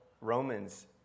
Romans